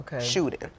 shooting